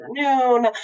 afternoon